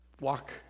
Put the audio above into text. walk